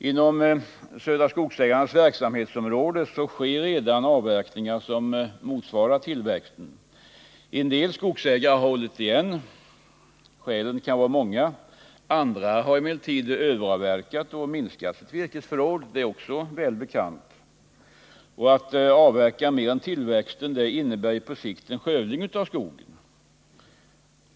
Inom Södra Skogsägarnas verksamhetsområde sker redan avverkningar som motsvarar tillväxten. En del skogsägare har hållit igen; skälen kan vara många. Andra har däremot överavverkat och minskat sitt virkesförråd: det är också väl bekant. Att avverka mer än tillväxten innebär på sikt en skövling av skogen.